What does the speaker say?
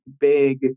big